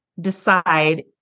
decide